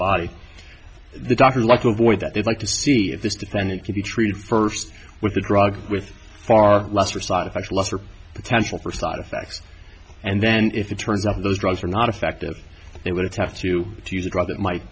body the doctors like to avoid that they'd like to see if this defendant could be treated first with a drug with far lesser side effects lesser potential for side effects and then if it turns out those drugs are not effective they would have to use a drug that might